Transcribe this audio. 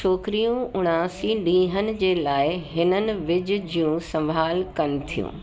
छोकिरियूं उणासीं ॾींहनि जे लाइ हिननि विज जो संभालु कनि थियूं